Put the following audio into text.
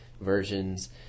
versions